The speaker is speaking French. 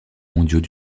mondiaux